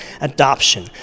adoption